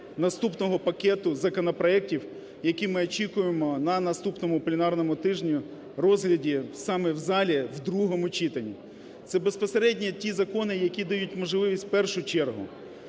наступного пакету законопроектів, які ми очікуємо на наступному пленарному тижні розгляду саме в залі в другому читанні. Це безпосередньо ті закони, які дають можливість, в першу чергу,